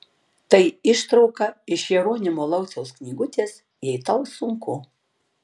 tai ištrauka iš jeronimo lauciaus knygutės jei tau sunku